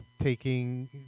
taking